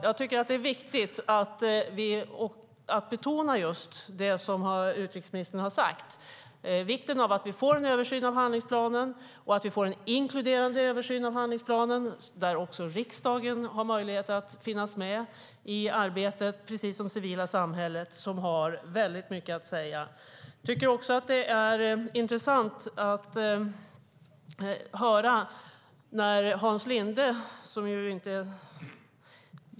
Jag tycker att det är viktigt att betona det som utrikesministern har sagt: vikten av att vi får en översyn av handlingsplanen och att det blir en inkluderande översyn av handlingsplanen där också riksdagen har möjlighet att finnas med i arbetet, precis som det civila samhället, som har väldigt mycket att säga. Det är intressant att höra vad Hans Linde säger.